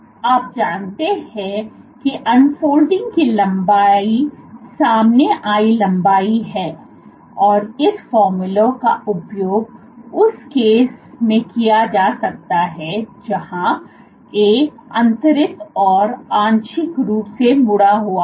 तो आप जानते हैं कि अनफोल्डिंग की लंबाई सामने आई लंबाई है और इस फॉर्मूले का उपयोग उस केस मैं किया जा सकता है जहां A अंतरित और आंशिक रूप से मुड़ा हुआ है